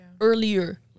earlier